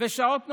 ושעות נוספות,